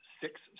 Six